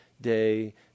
day